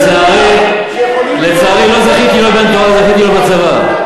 לצערי, לא זכיתי להיות בן תורה, זכיתי להיות בצבא.